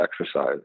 exercise